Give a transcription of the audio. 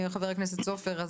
חבר הכנסת סופר,